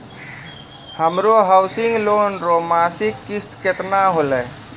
हमरो housing loan रो मासिक किस्त केतना होलै?